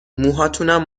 موهاتونم